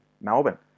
Melbourne